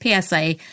PSA